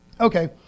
Okay